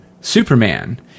Superman